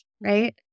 right